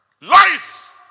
life